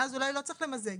אז אולי לא צריך למזג.